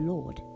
Lord